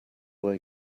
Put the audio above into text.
they